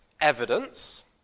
evidence